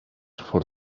for